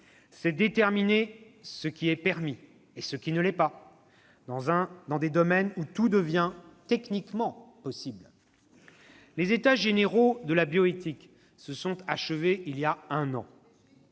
C'est déterminer ce qui est permis et ce qui ne l'est pas dans des domaines où tout devient techniquement possible. « Les États généraux de la bioéthique se sont achevés il y a un an.